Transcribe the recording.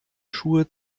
schuhe